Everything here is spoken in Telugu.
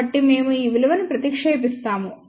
కాబట్టి మేము ఈ విలువలను ప్రతిక్షేపిస్తాము మరియు K 0